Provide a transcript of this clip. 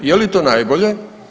Je li to najbolje?